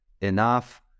enough